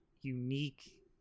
unique